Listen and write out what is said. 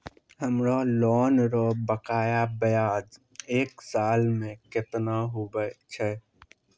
हमरो लोन रो बकाया ब्याज एक साल मे केतना हुवै छै?